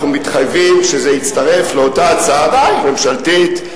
אנחנו מתחייבים שזה יצטרף לאותה הצעת חוק ממשלתית.